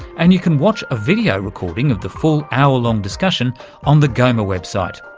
and you can watch a video recording of the full hour-long discussion on the goma website.